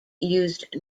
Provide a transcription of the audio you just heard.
used